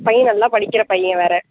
பையன் நல்லா படிக்கிற பையன் வேறே